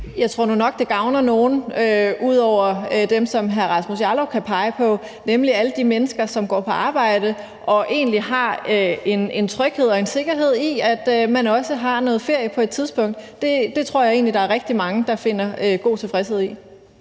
Jeg tror nu nok, at det gavner nogle ud over dem, som hr. Rasmus Jarlov kan pege på, nemlig alle de mennesker, som går på arbejde, og som egentlig har en tryghed og en sikkerhed i, at man også har noget ferie på et tidspunkt. Det tror jeg egentlig der er rigtig mange der finder en god tilfredshed i.